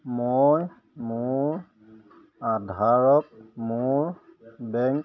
মই মোৰ আধাৰক মোৰ বেংক